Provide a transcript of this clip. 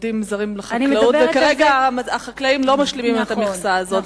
עובדים זרים בחקלאות וכרגע החקלאים לא משלימים את המכסה הזאת.